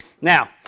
Now